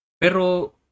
Pero